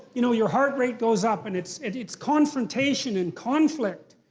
you know your heart rate goes up, and it's it's confrontation and conflict.